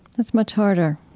that's much harder,